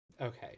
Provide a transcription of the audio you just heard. Okay